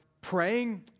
praying